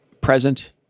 present